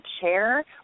chair